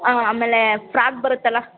ಆಂ ಆಮೇಲೆ ಫ್ರಾಗ್ ಬರುತ್ತಲ್ಲ